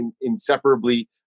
inseparably